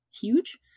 huge